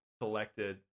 collected